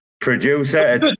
producer